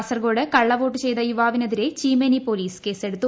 കാസർകോട് കള്ളവോട്ട് ചെയ്ത യുവാവിന് എതിരെ ചീമേനി പൊലീസ് കേസെടുത്തു